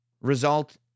result